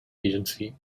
agency